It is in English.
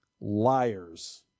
Liars